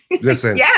Listen